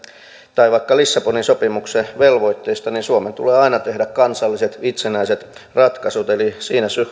tai vaikka lissabonin sopimuksen velvoitteista niin suomen tulee aina tehdä kansalliset itsenäiset ratkaisut eli siinä